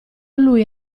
lui